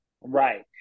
Right